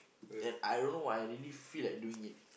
then I don't know why I really feel like doing it